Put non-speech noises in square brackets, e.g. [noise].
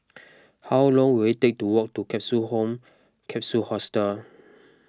[noise] how long will it take to walk to Capsule Home Capsule Hostel